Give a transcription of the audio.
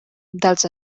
dels